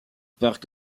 part